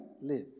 live